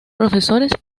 profesores